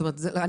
אנחנו